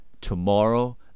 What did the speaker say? tomorrow